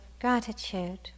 gratitude